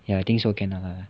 ya I think so can lah !huh!